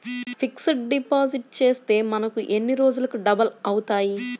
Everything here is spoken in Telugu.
ఫిక్సడ్ డిపాజిట్ చేస్తే మనకు ఎన్ని రోజులకు డబల్ అవుతాయి?